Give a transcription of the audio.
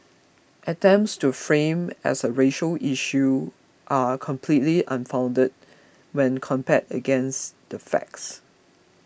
attempts to frame as a racial issue are completely unfounded when compared against the facts